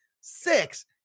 six